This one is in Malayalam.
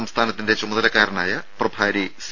സംസ്ഥാനത്തിന്റെ ചുമതലക്കാരനായ പ്രഭാരി സി